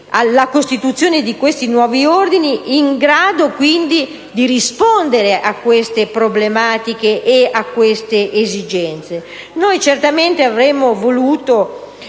alla costituzione di questi nuovi ordini, in grado quindi di rispondere a queste problematiche e a queste esigenze. Noi certamente avremmo voluto